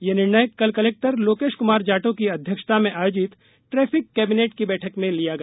ये निर्णय कल कलेक्टर लोकेष कुमार जाटव की अध्यक्षता में आयोजित ट्रैफिक कैबिनेट की बैठक में लिया गया